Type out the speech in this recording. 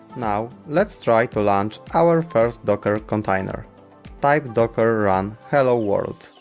now let's try to launch our first docker container type docker run hello-world